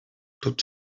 tot